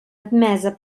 admesa